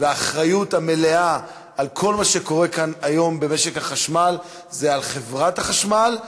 והאחריות המלאה לכל מה שקורה כאן היום במשק החשמל היא על חברת החשמל,